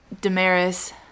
damaris